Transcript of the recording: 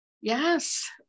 Yes